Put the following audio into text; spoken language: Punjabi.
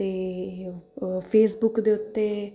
ਅਤੇ ਫੇਸਬੁੱਕ ਦੇ ਉੱਤੇ